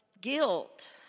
guilt